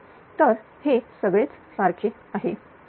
तर हे सगळे सारखेच आहे